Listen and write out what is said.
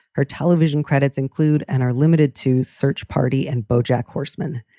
her television credits include and are limited to search party and bojack horseman.